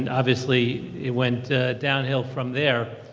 and obviously it went downhill from there.